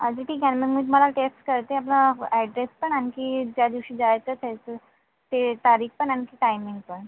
आधी ठीक आहे ना मग मी तुम्हाला टेक्स्ट करते आपला ॲड्रेस पण आणखी ज्या दिवशी जायचं आहे त्याचं ते तारीख पण आणखी टाइमिंग पण